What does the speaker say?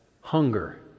hunger